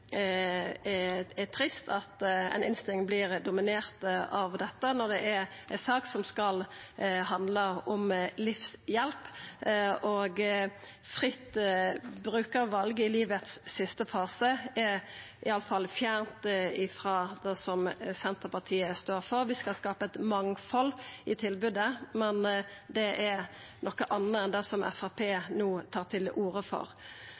er trist at ei innstilling vert dominert av dette når det er ei sak som skal handla om livshjelp, og fritt brukarval i den siste fasen av livet er i alle fall fjernt frå det Senterpartiet står for. Vi skal skapa eit mangfald i tilbodet, men det er noko anna enn det Framstegspartiet no tar til orde for.